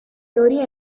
teorie